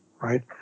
right